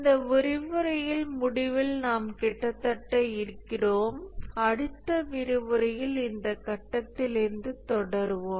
இந்த விரிவுரையின் முடிவில் நாம் கிட்டத்தட்ட இருக்கிறோம் அடுத்த விரிவுரையில் இந்த கட்டத்தில் இருந்து தொடருவோம்